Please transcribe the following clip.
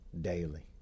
daily